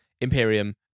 Imperium